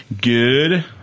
Good